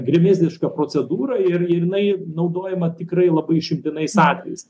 gremėzdiška procedūra ir jinai naudojama tikrai labai išimtinais atvejais